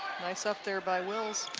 nice up there by wills